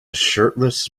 shirtless